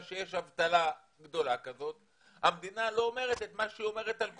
שיש אבטלה גדולה כזאת המדינה לא אומרת את מה שהיא אומרת על כולם: